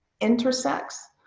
intersects